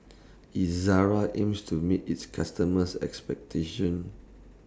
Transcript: Ezerra aims to meet its customers' expectations